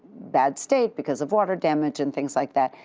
bad state because of water damage and things like that.